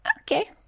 Okay